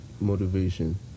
Motivation